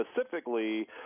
specifically